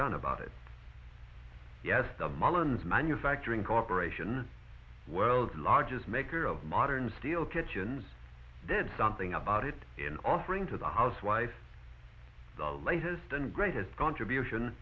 done about it yes the mullens manufacturing corporation world's largest maker of modern steel kitchens did something about it in offering to the housewife the latest and greatest contribution